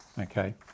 Okay